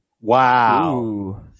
Wow